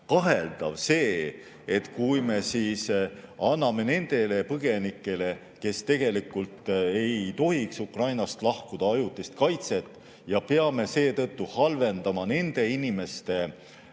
kaheldav see, kui me anname nendele põgenikele, kes tegelikult ei tohiks Ukrainast lahkuda, ajutist kaitset ja peame seetõttu halvendama võimalusi